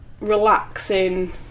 relaxing